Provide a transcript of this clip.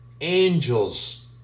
Angels